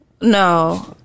No